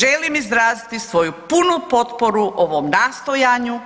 Želim izraziti svoju punu potporu ovom nastojanju